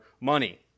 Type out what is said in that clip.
money